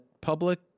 public